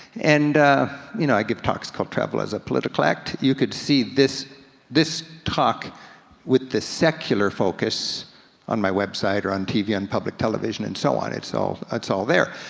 and you know i give talks called travel as a political act. you could this this talk with the secular focus on my website, or on tv, on public television, and so on, it's all, it's all there.